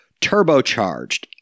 turbocharged